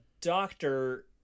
doctor